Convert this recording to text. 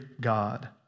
God